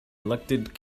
elected